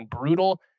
brutal